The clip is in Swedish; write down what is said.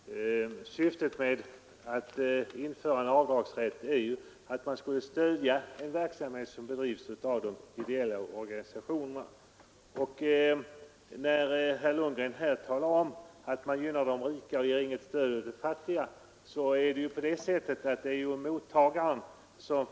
Herr talman! Syftet med att införa avdragsrätt är att man skall stödja den verksamhet som bedrivs av de ideella organisationerna. Herr Lundgren talar här om att det skulle gynna de rika och inte ge något stöd åt de fattiga.